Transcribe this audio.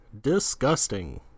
disgusting